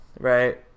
Right